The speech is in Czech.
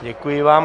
Děkuji vám.